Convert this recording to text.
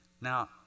Now